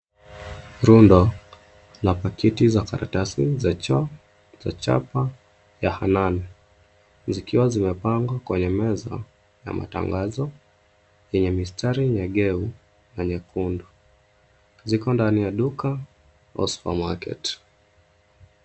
Rundo la paketi za karatasi za choo za chapa ya Hanan , zikiwa zimepangwa kwenye meza ya matangazo yenye mistari nyegeu na nyekundu. Ziko ndani ya duka au supermarket .